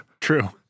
True